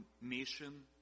mission